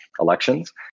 elections